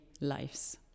lives